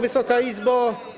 Wysoka Izbo!